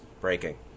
breaking